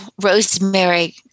rosemary